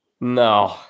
no